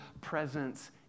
presence